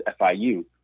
FIU